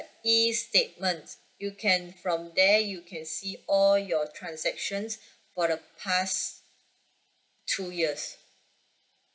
E statement you can from there you can see all your transactions for the past two years